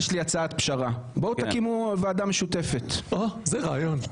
או, רעיון.